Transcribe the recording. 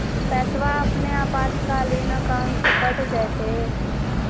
पैस्वा अपने आपातकालीन अकाउंटबा से कट जयते?